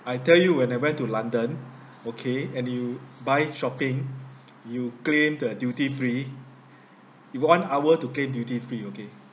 I tell you when I went to london okay and you buy shopping you claim the duty free in one hour to claim duty free okay